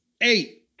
eight